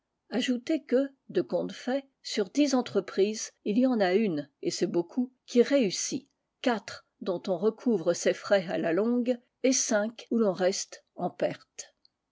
ajoutez que de compte fait sur dix entreprises il y en a une et c'est beaucoup qui réussit quatre dont on recouvre ses frais à la longue et cinq où l'on reste en perte